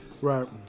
Right